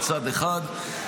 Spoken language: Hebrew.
מצד אחד,